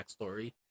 backstory